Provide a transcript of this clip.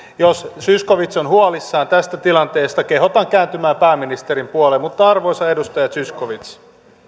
jos jos zyskowicz on huolissaan tästä tilanteesta kehotan kääntymään pääministerin puoleen mutta arvoisa edustaja zyskowicz